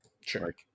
Sure